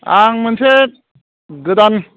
आं मोनसे गोदान